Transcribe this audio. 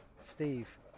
Steve